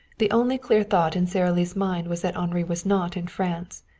the only clear thought in sara lee's mind was that henri was not in france,